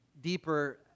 deeper